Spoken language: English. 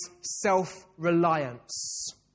self-reliance